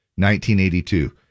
1982